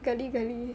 girly girly